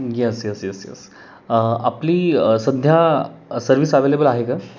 yes yes yes yes आपली सध्या service available आहे का